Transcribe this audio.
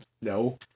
No